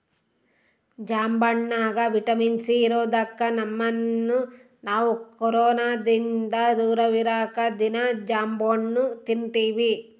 ಜಾಂಬಣ್ಣಗ vitamin C ಇರದೊಕ್ಕ ನಮ್ಮನ್ನು ನಾವು ಕೊರೊನದಿಂದ ದೂರವಿರಕ ದೀನಾ ಜಾಂಬಣ್ಣು ತಿನ್ತಿವಿ